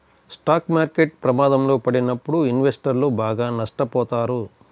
stock market ప్రమాదంలో పడినప్పుడు ఇన్వెస్టర్లు బాగా నష్టపోతారు